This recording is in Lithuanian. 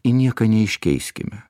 į nieką neiškeiskime